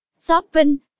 Shopping